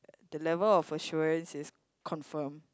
the level of assurance is confirm